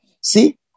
See